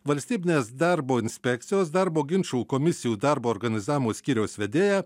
valstybinės darbo inspekcijos darbo ginčų komisijų darbo organizavimo skyriaus vedėja